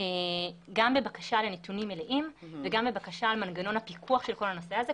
גם בבקשה לנתונים מלאים וגם בבקשה על מנגנון הפיקוח של כל הנושא הזה,